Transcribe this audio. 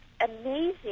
amazing